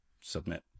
submit